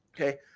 Okay